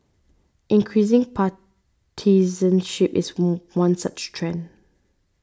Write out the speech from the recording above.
increasing partisanship is one such trend